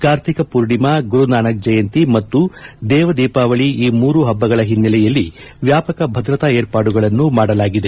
ಕಾರ್ತಿಕ ಪೂರ್ಣಿಮಾ ಗುರುನಾನಕ್ ಜಯಂತಿ ಮತ್ತು ದೇವ ದೀಪಾವಳಿ ಈ ಮೂರೂ ಹಬ್ಬಗಳ ಹಿನ್ನೆಲೆಯಲ್ಲಿ ವ್ಯಾಪಕ ಭದ್ರತಾ ಮಾರ್ಪಾಡುಗಳನ್ನು ಮಾಡಲಾಗಿದೆ